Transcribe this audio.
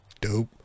dope